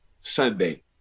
Sunday